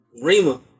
Rima